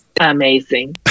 amazing